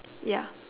ya